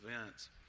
events